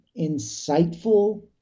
insightful